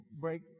break